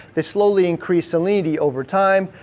they slowly increase salinity over time.